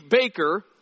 baker